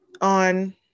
on